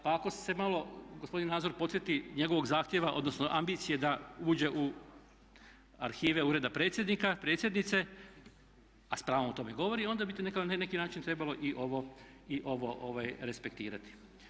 Pa ako se malo gospodin Nadzor podsjeti njegovog zahtjeva odnosno ambicije da uđe u arhive ureda predsjednika, predsjednice a s pravom o tome govori onda bi to na neki način trebalo i ovo respektirati.